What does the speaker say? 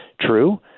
true